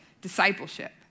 discipleship